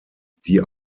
die